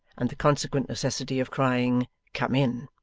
and the consequent necessity of crying come in